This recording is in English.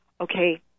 okay